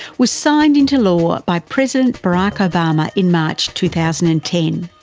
was signed into law by president barack obama in march, two thousand and ten.